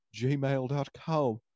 gmail.com